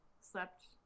slept